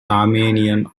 armenian